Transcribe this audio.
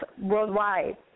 worldwide